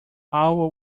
all